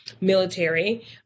military